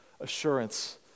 assurance